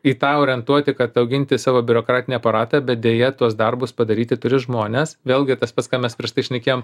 į tą orientuoti kad auginti savo biurokratinį aparatą bet deja tuos darbus padaryti turi žmones vėlgi tas pats ką mes prieš tai šnekėjom